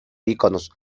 iconos